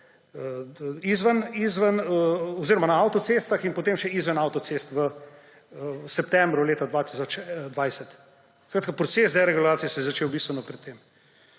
derivatov na avtocestah in potem še izven avtocest v septembru leta 2020. Skratka, proces deregulacije se je začel bistveno pred tem.